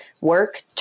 work